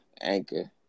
anchor